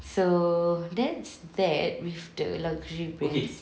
so that's that with the luxury brands